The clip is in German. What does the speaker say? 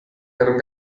einem